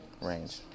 range